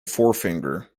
forefinger